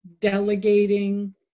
delegating